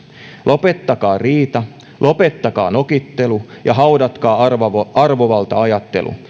lopettakaa riita lopettakaa nokittelu ja haudatkaa arvovalta ajattelu